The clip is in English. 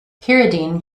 pyridine